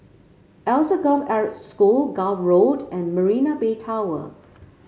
Alsagoff Arab School Gul Road and Marina Bay Tower